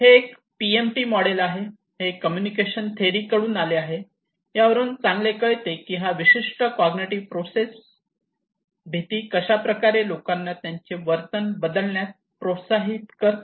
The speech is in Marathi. हे एक PMT मॉडेल आहे हे कम्युनिकेशन थेरी कडून आले आहे यावरून चांगले कळते की ही विशिष्ट कॉग्निटिव्ह प्रोसेस भीती कशाप्रकारे लोकांना त्यांचे वर्तन बदलण्यास प्रोत्साहित करते